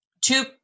two